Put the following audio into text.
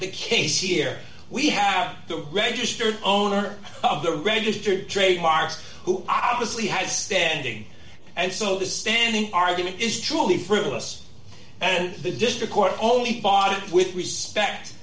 the case here we have the registered owner of the registered trademark who obviously has standing and so this standing argument is truly frivolous and the district court only body with respect